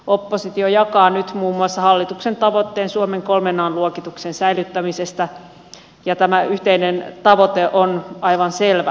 oppositio jakaa nyt muun muassa hallituksen tavoitteen suomen kolmen an luokituksen säilyttämisestä ja tämä yhteinen tavoite on aivan selvä